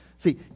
See